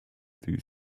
due